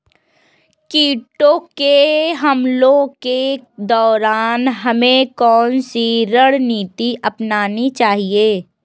कीटों के हमलों के दौरान हमें कौन सी रणनीति अपनानी चाहिए?